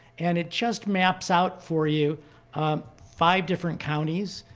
and it just maps out for you five different counties.